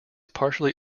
partially